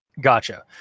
Gotcha